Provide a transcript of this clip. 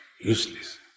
Useless